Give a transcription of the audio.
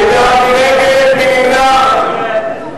מי נמנע?